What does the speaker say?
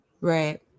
Right